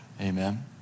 Amen